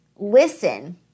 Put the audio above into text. Listen